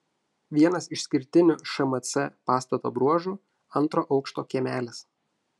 vienas išskirtinių šmc pastato bruožų antro aukšto kiemelis